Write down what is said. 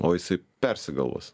o jisai persigalvos